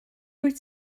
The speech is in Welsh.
wyt